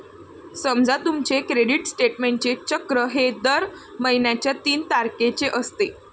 समजा तुमचे क्रेडिट स्टेटमेंटचे चक्र हे दर महिन्याच्या तीन तारखेचे असते